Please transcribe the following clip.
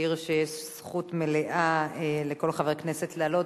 נזכיר שיש זכות מלאה לכל חבר כנסת לעלות,